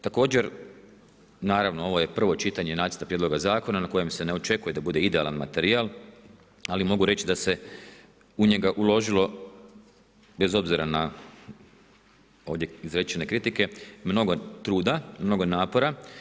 Također, naravno ovo je prvo čitanje nacrta prijedloga zakona na kojem se ne očekuje da bude idealan materijal, ali mogu reći da se u njega uložila bez obzira na ovdje izreče kritike, mnogo truda, mnogo napora.